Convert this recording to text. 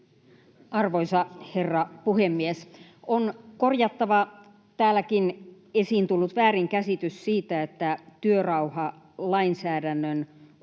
Arvoisa herra puhemies! On korjattava täälläkin esiin tullut väärinkäsitys työrauhalainsäädännön uudistamisesta.